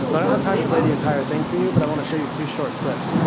so don't have time to play the entire thing for you, but i want to show you two short clips.